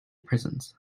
prisons